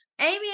Amy